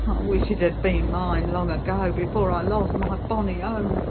wish it had been mine long ago before i lost my bonnie own!